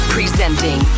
Presenting